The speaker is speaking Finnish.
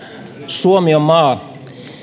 suomi on maa